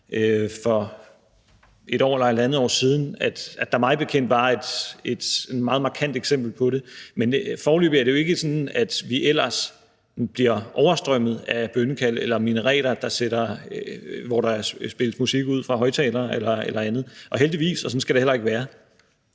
for et år eller halvandet år siden mig bekendt var et meget markant eksempel på det, men foreløbig er det jo ikke sådan, at vi ellers bliver oversvømmet af bønnekald eller minareter, hvor der sendes musik ud fra højtalere eller andet, og heldigvis, for sådan skal det heller ikke være.